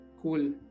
Cool